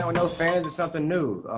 no no fans, it's something new.